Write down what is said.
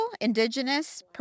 Indigenous